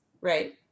right